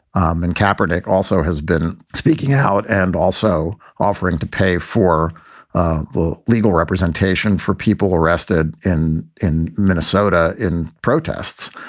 um and capstick also has been speaking out and also offering to pay for the legal representation for people arrested in in minnesota in protests.